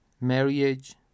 marriage